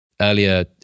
earlier